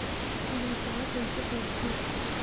व्यापार कइसे करथे?